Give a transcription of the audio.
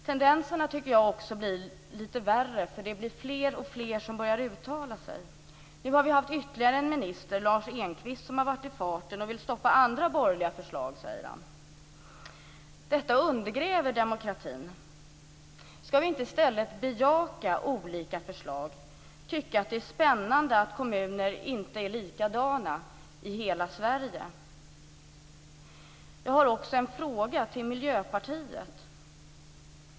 Jag tycker också att tendenserna blir lite värre, för det är fler och fler som börjar uttala sig. Nu har ytterligare en minister, Lars Engqvist, varit i farten och sagt att han vill stoppa andra borgerliga förslag. Detta undergräver demokratin. Skall vi inte i stället bejaka olika förslag och tycka att det är spännande att kommuner inte är likadana i hela Sverige? Jag har också en fråga till Miljöpartiet.